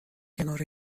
کنار